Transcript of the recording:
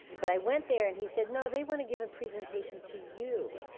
but i went there and he said no, they want to give a presentation to you.